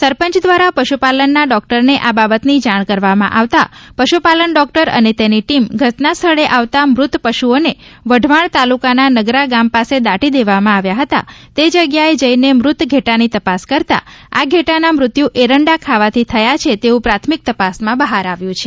સરપંચ દ્વારા પશુપાલન ના ડોક્ટરને આ બાબતની જાણ કરવામાં આવતા પશુ પાલન ડોક્ટર અને તેની ટિમ ઘટના સ્થળે આવતાં મૃત પશુઓને વઢવાણ તાલુકાના નગરા ગામ પાસે દાટી દેવામાં આવ્યા હતા તે જગ્યાએ જઈ ને મૃત ઘેટા ની તપાસ કરતાં આ ઘેટાના મૃત્યુ એરંડા ખાવાથી થયા છે તેવું પ્રાથમિક તપાસમાં બહાર આવ્યું છે